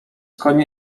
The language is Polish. konia